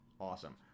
awesome